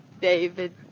David